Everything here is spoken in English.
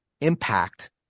impact